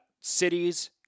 cities